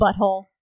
Butthole